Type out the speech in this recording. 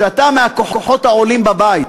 שאתה מהכוחות העולים בבית,